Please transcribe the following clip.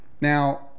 Now